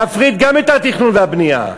להפריט גם את התכנון והבנייה.